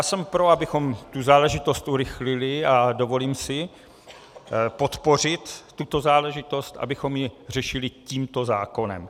Jsem pro, abychom tu záležitost urychlili, a dovolím si podpořit tuto záležitost, abychom ji řešili tímto zákonem.